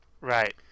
Right